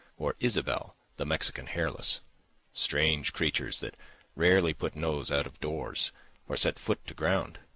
or ysabel, the mexican hairless strange creatures that rarely put nose out of doors or set foot to ground.